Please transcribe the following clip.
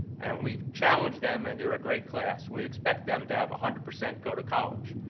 and we've challenged them, and they're a great class, we expect them to have a hundred percent go to college.